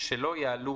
שלא יעלו